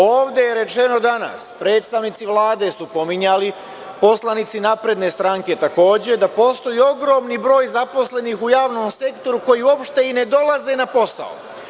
Ovde je rečeno danas, predstavnici Vlade su pominjali, poslanici napredne stranke takođe, da postoji ogromni broj zaposlenih u javnom sektori koji uopšte i ne dolaze na posao.